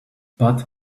but